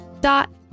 dot